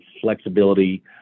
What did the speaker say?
flexibility